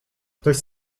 ktoś